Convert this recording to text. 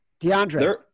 DeAndre